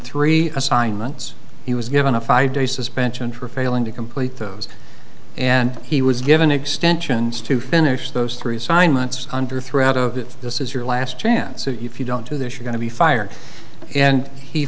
three assignments he was given a five day suspension for failing to complete those and he was given extensions to feel nish those three assignments under threat of if this is your last chance if you don't do this you're going to be fired and he